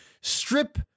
strip